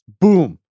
Boom